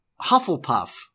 Hufflepuff